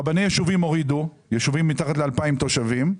הורידו רבני ישובים בישובים מתחת ל-2,000 תושבים,